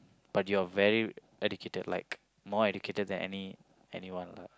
but you are very educated like more educated than any anyone lah